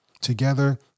Together